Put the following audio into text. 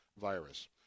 virus